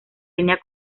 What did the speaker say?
línea